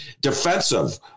defensive